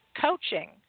coaching